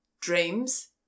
dreams